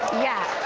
yeah.